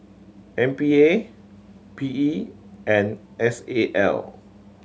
M P A P E and S A L